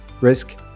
risk